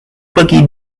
pergi